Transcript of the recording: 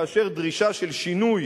כאשר דרישה של שינוי,